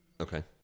Okay